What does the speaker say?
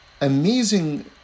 amazing